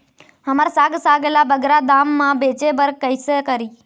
हमर साग साग ला बगरा दाम मा बेचे बर कइसे करी?